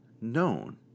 known